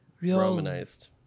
romanized